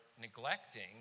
neglecting